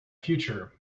future